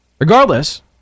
Regardless